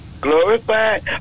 glorified